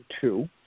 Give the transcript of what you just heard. two